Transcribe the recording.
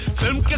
film